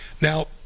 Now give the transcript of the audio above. Now